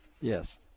yes